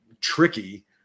tricky